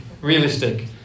Realistic